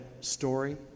story